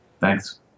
Thanks